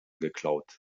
geklaut